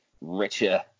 richer